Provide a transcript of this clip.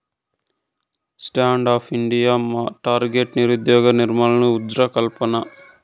stand up India target నిరుద్యోగ నిర్మూలన, ఉజ్జోగకల్పన